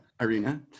Irina